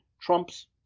Trump's